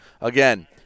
again